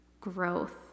growth